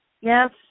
Yes